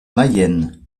mayenne